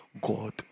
God